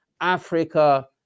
Africa